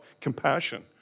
compassion